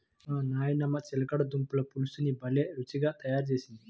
మా నాయనమ్మ చిలకడ దుంపల పులుసుని భలే రుచిగా తయారు చేసేది